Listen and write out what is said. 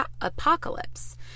apocalypse